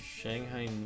Shanghai